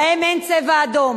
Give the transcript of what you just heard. להם אין "צבע אדום",